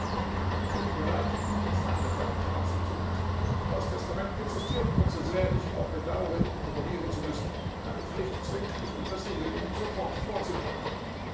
thut mir leid sagte der beamte achselzuckend das testament existiert und so sehr ich auch bedaure inkommodieren zu müssen meine pflicht zwingt mich die versiegelung sofort vorzunehmen